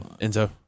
Enzo